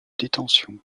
détention